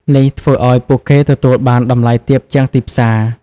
នេះធ្វើឲ្យពួកគេទទួលបានតម្លៃទាបជាងទីផ្សារ។